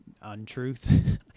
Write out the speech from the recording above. untruth